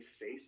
face